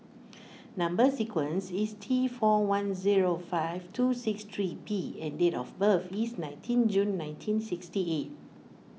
Number Sequence is T four one zero five two six three P and date of birth is nineteen June nineteen sixty eight